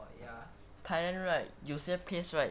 but ya thailand right 有些 place right